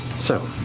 so